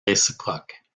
réciproque